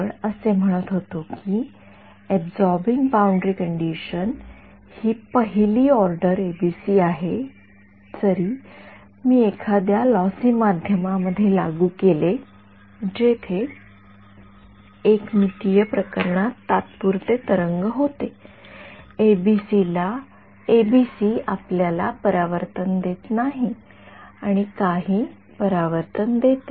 आपण असे म्हणत होतो की अबसॉरबिन्ग बाउंडरी कंडिशन ही पहिली ऑर्डर एबीसी आहे जरी मी हे एखाद्या लॉसी माध्यमा मध्ये लागू केले जेथे एकमितीय प्रकरणात तात्पुरते तरंग होते एबीसी आपल्याला परावर्तन देत नाही आणि काही परावर्तन देते